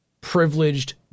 Privileged